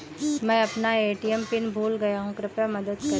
मैं अपना ATM pin भूल गया हूँ, कृपया मदद करें